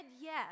yes